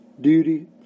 Duty